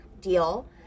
deal